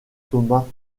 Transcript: thomas